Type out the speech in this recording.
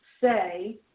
say